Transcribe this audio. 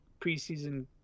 preseason